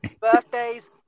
birthdays